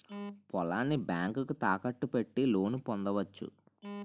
పొలాన్ని బ్యాంకుకు తాకట్టు పెట్టి లోను పొందవచ్చు